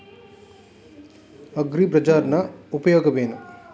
ಅಗ್ರಿಬಜಾರ್ ನ ಉಪಯೋಗವೇನು?